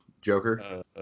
Joker